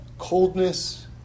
Coldness